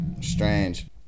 strange